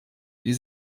die